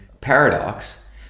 paradox